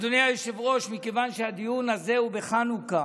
אדוני היושב-ראש, מכיוון שהדיון הזה הוא בחנוכה,